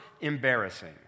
embarrassing